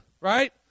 right